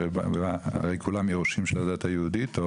הרי כולם יורשים של הדת היהודית,